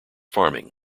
farming